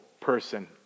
person